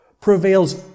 prevails